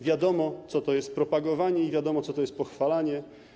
Wiadomo, co to jest propagowanie, i wiadomo, co to jest pochwalanie.